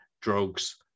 drugs